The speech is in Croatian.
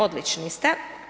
Odlični ste.